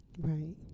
right